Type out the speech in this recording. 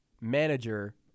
manager